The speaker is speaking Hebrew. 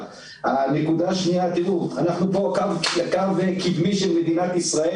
אוהד, תלמי אליהו, שדה ניצן, נווה ובני נצרים.